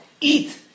Eat